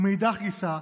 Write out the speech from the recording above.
ומאידך גיסא,